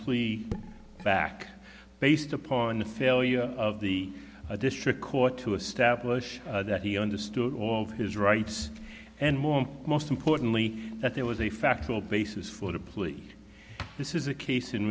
plea back based upon the failure of the district court to establish that he understood all of his rights and most importantly that there was a factual basis for the plea this is a case in